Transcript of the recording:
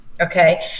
okay